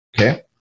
Okay